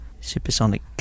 Supersonic